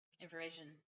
information